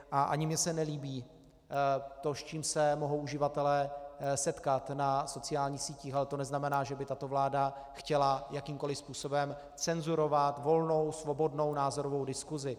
A ani mně se nelíbí to, s čím se mohou uživatelé setkat na sociálních sítích, ale to neznamená, že by tato vláda chtěla jakýmkoliv způsobem cenzurovat volnou svobodnou názorovou diskusi.